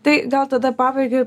tai gal tada pabaigai